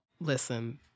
Listen